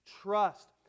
trust